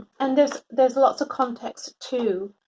and there's there's lots of contexts too.